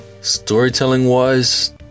storytelling-wise